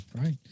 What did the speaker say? right